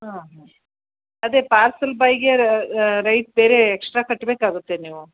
ಹಾಂ ಹಾಂ ಅದೆ ಪಾರ್ಸಲ್ ಬಾಯ್ಗೆ ರೈಸ್ ಬೇರೆ ಎಕ್ಸ್ಟ್ರಾ ಕಟ್ಟಬೇಕಾಗುತ್ತೆ ನೀವು